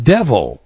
Devil